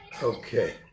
Okay